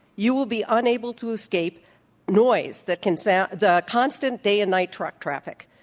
you will be unable to escape noise that can sound the constant day and night truck traffic,